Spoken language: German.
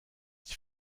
die